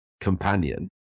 companion